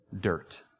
Dirt